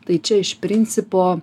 tai čia iš principo